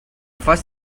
first